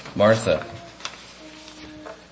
Martha